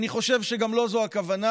אני חושב שגם לא זו הכוונה.